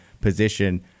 position